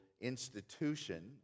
institution